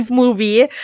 movie